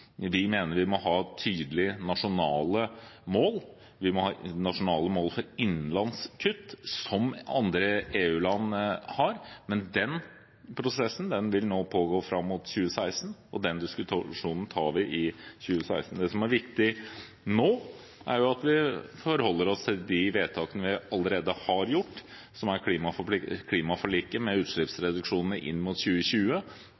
Vi mener vi må ha tydelige nasjonale mål, vi må ha nasjonale mål for innenlands kutt, som andre EU-land har. Men den prosessen vil pågå fram mot 2016, og den diskusjonen tar vi i 2016. Det som er viktig nå, er at vi forholder oss til de vedtakene vi allerede har gjort, som er klimaforliket med utslippsreduksjonene inn mot 2020.